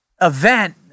event